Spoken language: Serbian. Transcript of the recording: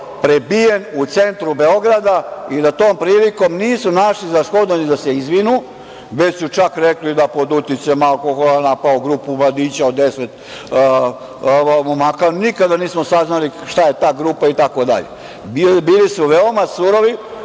prebijen u centru Beograda i da tom prilikom nisu našli za shodno da se izvine, već su čak rekli da je pod uticajem alkohola napao grupu mladića od deset momaka. Nikada nismo saznali šta je ta grupa itd. Bili su veoma surovi